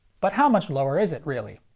but how much lower is it, really?